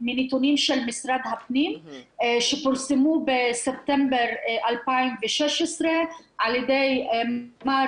מנתונים של משרד הפנים שפורסמו בספטמבר 2016 על ידי מר